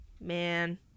man